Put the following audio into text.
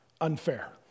unfair